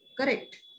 correct